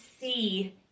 see